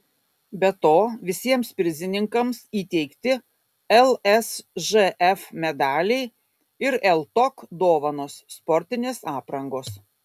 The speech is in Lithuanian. be to visiems prizininkams įteikti lsžf medaliai ir ltok dovanos sportinės aprangos